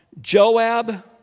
Joab